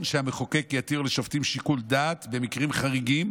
שהמחוקק יתיר לשופטים שיקול דעת במקרים חריגים